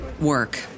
Work